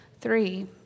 Three